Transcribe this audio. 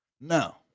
Now